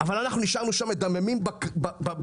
אבל אנחנו נשארנו מדממים בשטח.